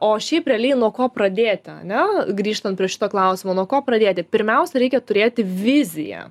o šiaip realiai nuo ko pradėti ane grįžtant prie šito klausimo nuo ko pradėti pirmiausia reikia turėti viziją